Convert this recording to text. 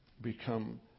become